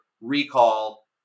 recall